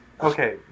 okay